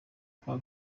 kuwa